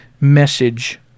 message